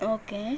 okay